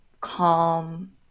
calm